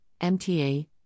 MTA